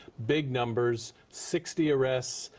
big numbers, sixty arrests,